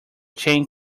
chain